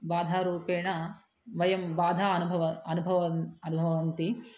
बाधारूपेण वयं बाधाम् अनुभवामः अनुभवामः अनुभवन्ति